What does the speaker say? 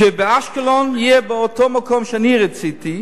שבאשקלון בית-החולים יהיה באותו מקום שאני רציתי,